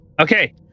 okay